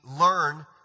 learn